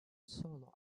solo